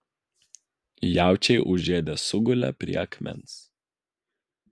jaučiai užėdę sugulė prie akmens